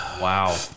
Wow